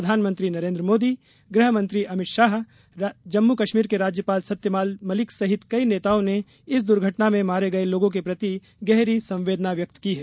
प्रधानमंत्री नरेन्द्र मोदी गृहमंत्री अमित शाह जम्मू कश्मीर के राज्यपाल सत्यपाल मलिक सहित कई नेताओं ने इस दुर्घटना में मारे गये लोगों के प्रति गहरी संवेदना व्यक्त की है